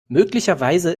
möglicherweise